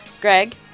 Greg